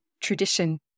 tradition